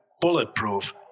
bulletproof